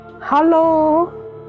Hello